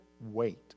wait